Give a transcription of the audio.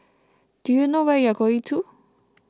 do you know where you're going to